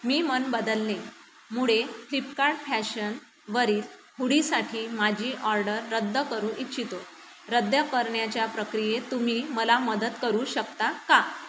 मी मन बदलले मुळे फ्लिपकार्ट फॅशनवरील हुडीसाठी माझी ऑर्डर रद्द करू इच्छितो रद्द करण्याच्या प्रक्रियेत तुम्ही मला मदत करू शकता का